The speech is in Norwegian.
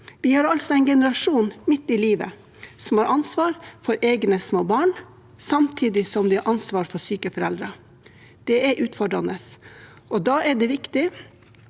Vi har altså en generasjon midt i livet som har ansvar for egne små barn, samtidig som de har ansvar for syke foreldre. Det er utfordrende. Da er det viktig